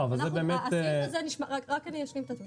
לא, אבל זה באמת --- רק אשלים את דברי.